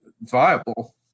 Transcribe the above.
viable